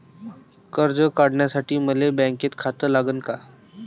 कर्ज काढासाठी मले बँकेत खातं लागन का?